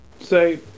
Say